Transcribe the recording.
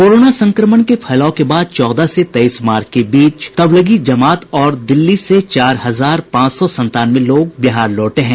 corona संक्रमण के फैलाव के बाद चौदह से तेईस मार्च के बीच तबलीगी जमात और दिल्ली से चार हजार पांच सौ संतानवे लोग बिहार लौटे हैं